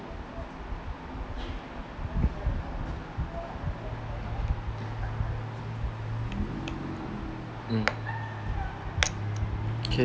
mm